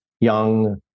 young